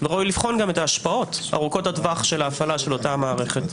וראוי לבון גם את ההשפעות ארוכות הטווח של ההפעלה של אותה מערכת.